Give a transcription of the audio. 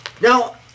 Now